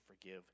forgive